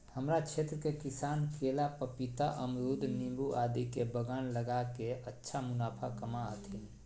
हमरा क्षेत्र के किसान केला, पपीता, अमरूद नींबू आदि के बागान लगा के अच्छा मुनाफा कमा हथीन